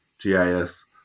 GIS